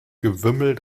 gewimmel